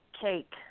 cake